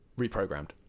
reprogrammed